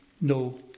no